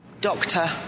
Doctor